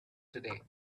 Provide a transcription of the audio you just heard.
today